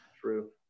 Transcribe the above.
True